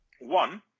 One